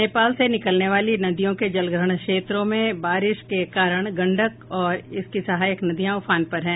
नेपाल से निकलने वाली नदियों के जलग्रहण क्षेत्रों में बारिश के कारण गंडक और इसकी सहायक नदियां उफान पर हैं